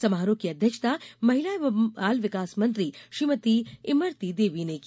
समारोह की अध्यक्षता महिला एवं बाल विकास मंत्री श्रीमती इमरती देवी ने की